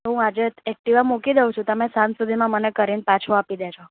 હું આજે જ એક્ટિવા મૂકી દઉં છું તમે સાંજ સુધીમાં મને કરીને પાછું આપી દેજો